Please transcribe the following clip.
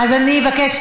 אז אני אבקש.